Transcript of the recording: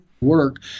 Work